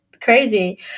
crazy